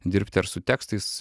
dirbti ar su tekstais